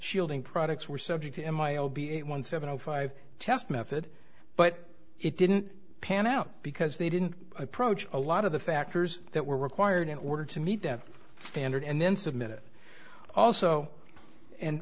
shielding products were subject to m y o b a one seven zero five test method but it didn't pan out because they didn't approach a lot of the factors that were required in order to meet that standard and then submit it also and